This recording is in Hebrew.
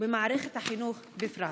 ובמערכת החינוך בפרט.